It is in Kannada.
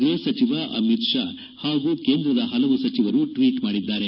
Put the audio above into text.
ಗ್ರಹ ಸಚಿವ ಅಮಿತ್ ಶಾ ಹಾಗೂ ಕೇಂದ್ರದ ಹಲವು ಸಚಿವರು ಟ್ವೀಟ್ ಮಾಡಿದ್ದಾರೆ